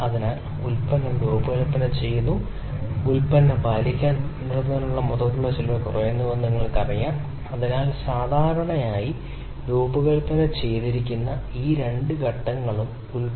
2 നമ്മൾക്ക് ഇത് വളരെ സൌ കര്യപ്രദമായ രീതിയിൽ പ്രതിനിധീകരിക്കാൻ കഴിയും കാരണം നമ്മൾക്ക് കഴിയുമെന്ന് നിങ്ങൾക്കറിയാം ഒരുപക്ഷേ ഇവിടെ ചില കൃത്രിമങ്ങൾ നടത്തുന്നതിനെക്കുറിച്ച് ചിന്തിക്കുക